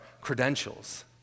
credentials